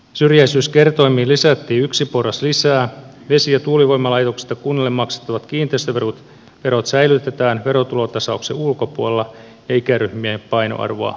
syrjäisyyskertoimiin lisättiin yksi porras lisää vesi ja tuulivoimalaitoksista kunnalle maksettavat kiinteistöverot säilytetään verotulotasauksen ulkopuolella ja ikäryhmien painoarvoa muutettiin